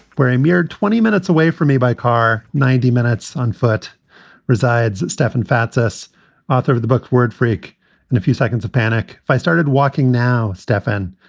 where a mere twenty minutes away from me by car, ninety minutes on foot resides. stefan fatsis, author of the book word freak in a few seconds of panic. if i started walking now. stefan,